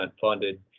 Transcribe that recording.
funded